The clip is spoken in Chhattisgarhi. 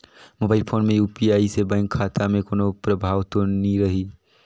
मोबाइल फोन मे यू.पी.आई से बैंक खाता मे कोनो प्रभाव तो नइ रही?